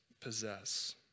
possess